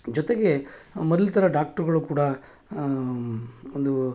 ಜೊತೆಗೆ ಮೊದ್ಲ ಥರ ಡಾಕ್ಟ್ರ್ಗಳು ಕೂಡ ಒಂದು